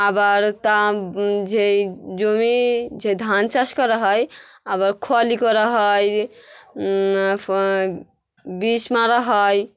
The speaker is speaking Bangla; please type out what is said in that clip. আবার তা যেই জমি যে ধান চাষ করা হয় আবার খোয়ালি করা হয় বিষ মারা হয়